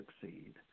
succeed